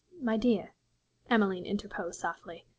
my dear emmeline interposed softly,